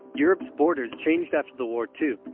europe's borders changed after the war too.